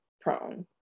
prone